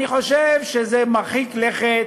אני חושב שזה מרחיק לכת,